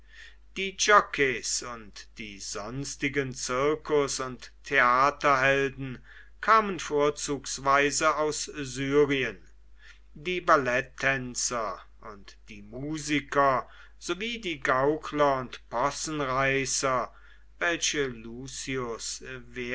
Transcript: die jockeys und die sonstigen circus und theaterhelden kamen vorzugsweise aus syrien die ballettänzer und die musiker sowie die gaukler und possenreißer welche